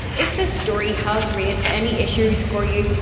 if this story has raised any issues for you,